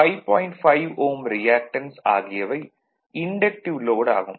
5 Ω reactance ஆகியவை inductive load ஆகும்